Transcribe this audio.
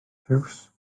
piws